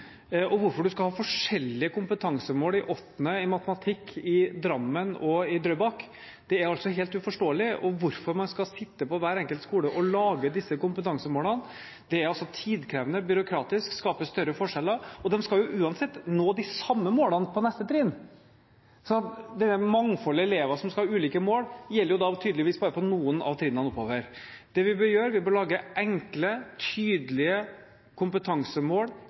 Hvorfor man skal ha forskjellig kompetansemål på 8. trinn i matematikk i Drammen og i Drøbak, er helt uforståelig, også hvorfor skal man sitte på hver enkelt skole og lage disse kompetansemålene. Det er tidkrevende, byråkratisk, skaper større forskjeller, og elevene skal uansett nå de samme målene på neste trinn. Så mangfoldet av elever som skal ha ulike mål, gjelder da tydeligvis bare på noen av trinnene oppover. Det vi bør gjøre, er å lage enkle, tydelige kompetansemål